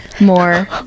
more